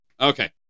Okay